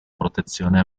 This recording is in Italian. protezione